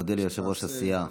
אני מודה ליושב-ראש הסיעה.